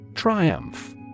Triumph